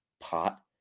pot